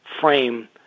frame